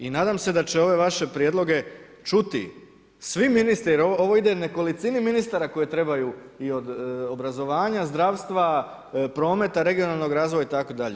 I nadam se da će ove vaše prijedloge čuti svi ministri jer ovo ide nekolicini ministara koje trebaju i od obrazovanja, zdravstva, prometa, regionalnog razvoja itd.